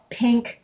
pink